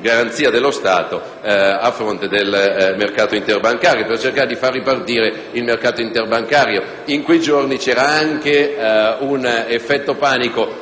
garanzia dello Stato a fronte del mercato interbancario per cercare di far ripartire il mercato stesso. In quei giorni c'era anche un effetto panico